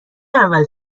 اول